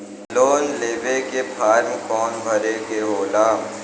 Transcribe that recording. Loan लेवे के form कौन भरे के होला?